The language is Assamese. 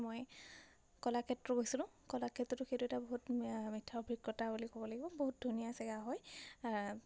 মই কলাক্ষেত্ৰ গৈছিলোঁ কলাক্ষেত্ৰতো সেইটো এটা বহুত মিঠা অভিজ্ঞতা বুলি ক'ব লাগিব বহুত ধুনীয়া জেগা হয়